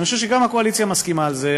אני חושב שגם הקואליציה מסכימה על זה.